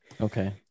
Okay